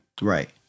Right